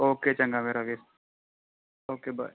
okay ਚੰਗਾ ਮੇਰਾ ਵੀਰ ਓਕੇ ਬਾਏ